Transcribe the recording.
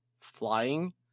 flying